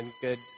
good